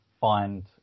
find